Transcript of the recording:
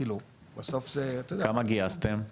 כמה גייסתם?